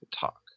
talk